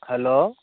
hello